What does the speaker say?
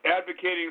advocating